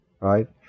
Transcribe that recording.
right